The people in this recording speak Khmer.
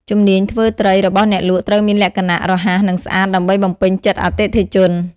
ជំនាញធ្វើត្រីរបស់អ្នកលក់ត្រូវមានលក្ខណៈរហ័សនិងស្អាតដើម្បីបំពេញចិត្តអតិថិជន។